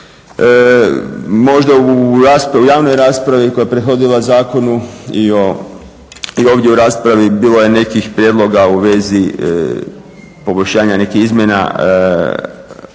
Možda u javnoj raspravi koja je prethodila zakonu i ovdje u raspravi bilo je nekih prijedloga u vezi … nekih izmjena